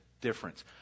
difference